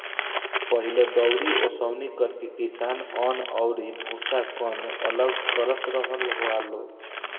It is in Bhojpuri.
पहिले दउरी ओसौनि करके किसान अन्न अउरी भूसा, कन्न अलग करत रहल हालो